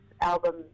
album